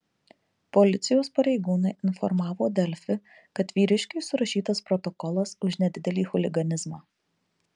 policijos pareigūnai informavo delfi kad vyriškiui surašytas protokolas už nedidelį chuliganizmą